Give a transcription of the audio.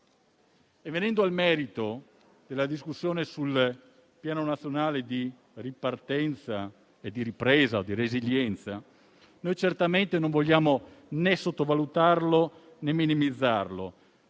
Venendo al merito della discussione sul Piano nazionale di ripresa e di resilienza, certamente non vogliamo né sottovalutarlo né minimizzarlo,